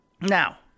Now